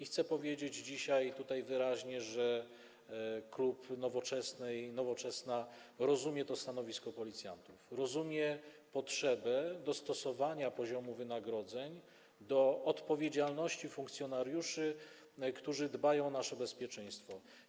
Chcę dzisiaj powiedzieć wyraźnie, że klub Nowoczesnej, Nowoczesna rozumie to stanowisko policjantów, rozumie potrzebę dostosowania poziomu wynagrodzeń do poziomu odpowiedzialności funkcjonariuszy, którzy dbają o nasze bezpieczeństwo.